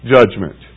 Judgment